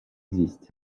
existe